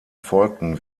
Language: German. folgten